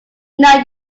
now